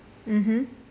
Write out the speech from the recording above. mmhmm